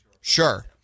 Sure